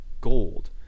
gold